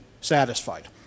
satisfied